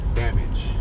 damage